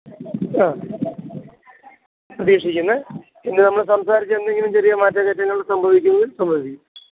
ആ പ്രതീക്ഷിക്കുന്ന പിന്നെ നമ്മൾ സംസാരിച്ചെന്തെങ്കിലും ചെറിയ മാറ്റ കേറ്റങ്ങള് സംഭവിക്കുന്നെങ്കില് സംഭവിക്കും